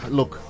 Look